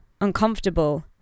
uncomfortable